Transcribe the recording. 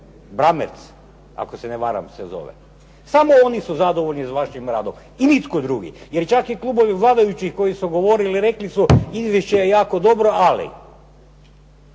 Bramertz ako se ne varam se zove. Samo oni su zadovoljni s vašim radom i nitko drugi. Jer čak i klubovi vladajućih koji su govorili rekli su izvješće je jako dobro ali.